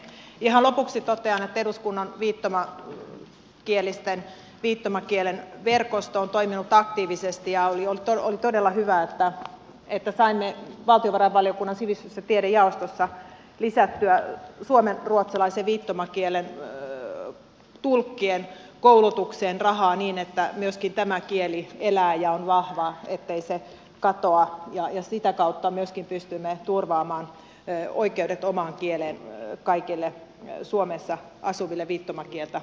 ihan lopuksi totean että eduskunnan viittomakielen verkosto on toiminut aktiivisesti ja oli todella hyvä että saimme valtiovarainvaliokunnan sivistys ja tiedejaostossa lisättyä suomenruotsalaisen viittomakielen tulkkien koulutukseen rahaa niin että myöskin tämä kieli elää ja on vahva ettei se katoa ja sitä kautta myöskin pystymme turvaamaan oikeudet omaan kieleen kaikille suomessa asuville viittomakieltä tarvitseville